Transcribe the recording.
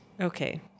Okay